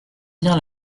bien